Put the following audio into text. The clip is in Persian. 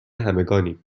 همگانیم